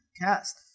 cast